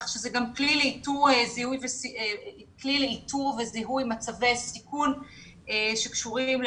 כלי לאיתור וזיהוי מצבי סיכון שקשורים,